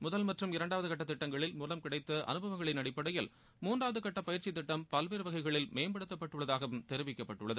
முதல் மற்றும் இரண்டாவது கட்ட திட்டங்களின் மூலம் கிடைத்த அனுபவங்களின் அடிப்படையில் பயிற்சி திட்டம் பல்வேறு வகைகளில் மேம்படுத்தப்பட்டுள்ளதகாவும் மூன்றாவது கட்ட தெரிவிக்கப்பட்டுள்ளது